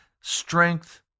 strength